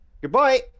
goodbye